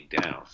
down